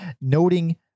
noting